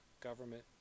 government